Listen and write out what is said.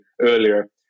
earlier